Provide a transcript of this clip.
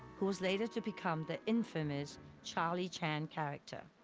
who was later to become the infamous charlie chan character.